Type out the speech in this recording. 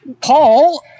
Paul